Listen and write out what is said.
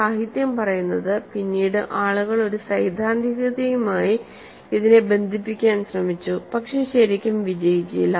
സാഹിത്യം പറയുന്നത് പിന്നീട് ആളുകൾ ഒരു സൈദ്ധാന്തികതയുമായി ഇതിനെ ബന്ധിപ്പിക്കാൻ ശ്രമിച്ചുപക്ഷെ ശരിക്കും വിജയിച്ചില്ല